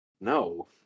No